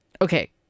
Okay